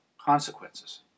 consequences